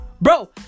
Bro